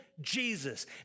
Jesus